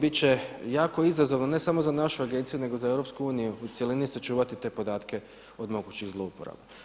Bit će jako izazovan ne samo za našu agenciju nego za EU u cjelini sačuvati te podatke od mogućih zlouporaba.